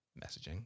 messaging